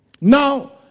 Now